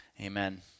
amen